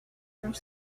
are